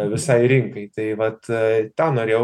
visai rinkai tai vat tą norėjau